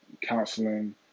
counseling